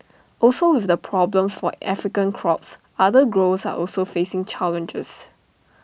also with the problems for African crops other growers are also facing challenges